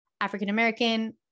African-American